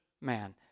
man